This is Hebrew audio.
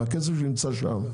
נמצא שם.